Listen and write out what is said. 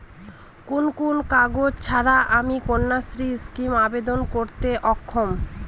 কোন কোন কাগজ ছাড়া আমি কন্যাশ্রী স্কিমে আবেদন করতে অক্ষম?